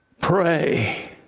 Pray